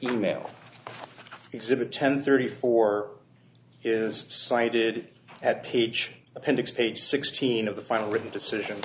e mail exhibit ten thirty four is cited at page appendix page sixteen of the final written decision